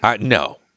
No